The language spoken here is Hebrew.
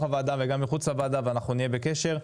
הוועדה וגם מחוץ לוועדה ואנחנו נהיה בקשר.